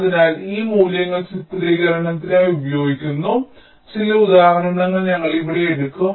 അതിനാൽ ഈ മൂല്യങ്ങൾ ചിത്രീകരണത്തിനായി ഉപയോഗിക്കുന്ന ചില ഉദാഹരണങ്ങൾ ഞങ്ങൾ ഇവിടെ എടുക്കും